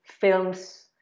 films